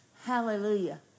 Hallelujah